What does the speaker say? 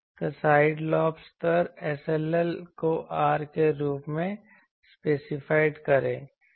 तो side lobe स्तर को R के रूप में स्पेसिफाइड करें